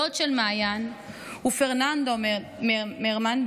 דוד של מעיין הוא פרננדו מרמן,